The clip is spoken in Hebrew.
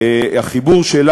הרב-תרבותי,